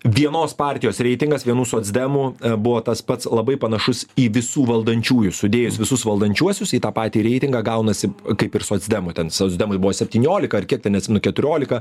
vienos partijos reitingas vienų socdemų buvo tas pats labai panašus į visų valdančiųjų sudėjus visus valdančiuosius į tą patį reitingą gaunasi kaip ir socdemų ten socdemai buvo septyniolika ar kiek ten neatsimenu keturiolika